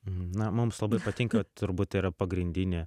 na mums labai patinka turbūt yra pagrindinė